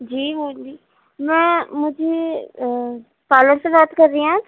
جی ہاں جی میں مجھے پارلر سے بات کر رہی ہیں آپ